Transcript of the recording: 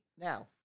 Now